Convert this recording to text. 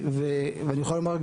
ואני יכול לומר,